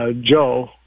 Joe